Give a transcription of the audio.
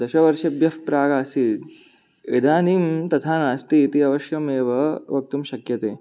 दशवर्षेभ्यः प्रागासीद् इदानीं तथा नास्ति इति अवश्यमेव वक्तुं शक्यते